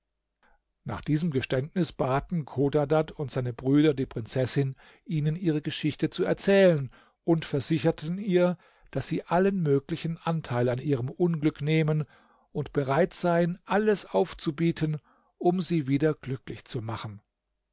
nach diesem geständnis baten chodadad und seine brüder die prinzessin ihnen ihre geschichte zu erzählen und versicherten ihr daß sie allen möglichen anteil an ihrem unglück nehmen und bereit seien alles aufzubieten um sie wieder glücklich zu machen